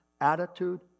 Attitude